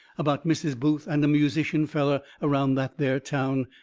about mrs. booth and a musician feller around that there town.